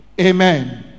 Amen